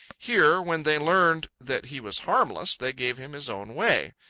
here, when they learned that he was harmless, they gave him his own way.